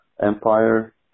Empire